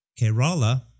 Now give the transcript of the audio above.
Kerala